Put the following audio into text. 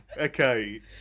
Okay